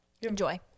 enjoy